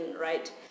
right